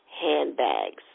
handbags